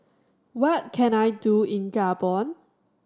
what can I do in Gabon